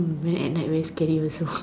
mm then at night very scary also